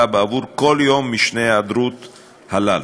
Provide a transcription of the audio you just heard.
בעבור כל יום משני ימי ההיעדרות הללו.